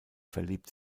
verliebt